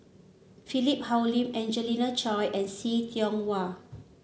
Philip Hoalim Angelina Choy and See Tiong Wah